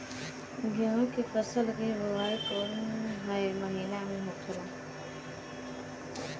गेहूँ के फसल की बुवाई कौन हैं महीना में होखेला?